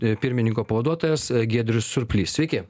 pirmininko pavaduotojas giedrius surplys sveiki